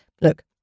Look